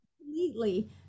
completely